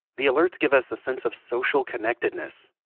the alerts give us a sense of social connectedness,